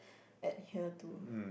at here too